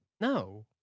No